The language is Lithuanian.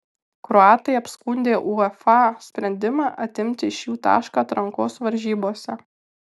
kroatai apskundė uefa sprendimą atimti iš jų tašką atrankos varžybose